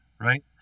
right